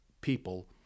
people